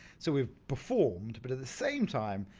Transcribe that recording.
so we've performed but at the same time,